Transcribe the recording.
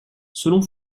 selon